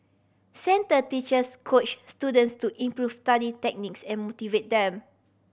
centre teachers coach students to improve study techniques and motivate them